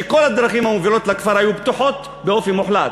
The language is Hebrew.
שכל הדרכים המובילות לכפר היו פתוחות באופן מוחלט.